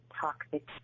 toxic